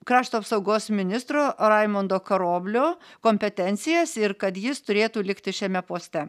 krašto apsaugos ministro raimondo karoblio kompetencijas ir kad jis turėtų likti šiame poste